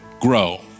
grow